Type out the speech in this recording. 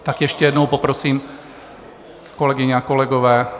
Tak ještě jednou poprosím, kolegyně a kolegové.